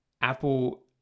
apple